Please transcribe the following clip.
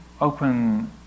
open